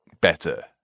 better